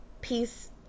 peace